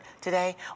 today